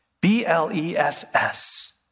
B-L-E-S-S